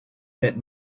that